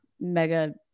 mega